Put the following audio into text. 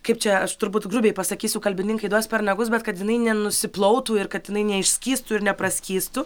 kaip čia aš turbūt grubiai pasakysiu kalbininkai duos per nagus bet kad jinai nenusiplautų ir kad jinai neišskystų ir nepraskystų